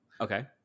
Okay